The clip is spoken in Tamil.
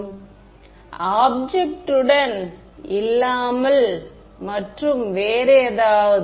மாணவர் ஆப்ஜெக்ட்டுடன் இல்லாமல் மற்றும் வேறு ஏதாவது